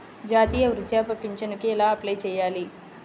జాతీయ వృద్ధాప్య పింఛనుకి ఎలా అప్లై చేయాలి?